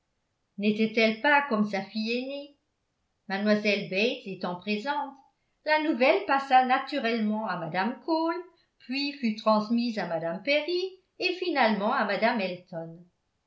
n'était-elle pas comme sa fille aînée mlle bates étant présente la nouvelle passa naturellement à mme cole puis fut transmise à mme perry et finalement à mme elton